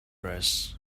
rush